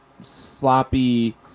sloppy